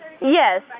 Yes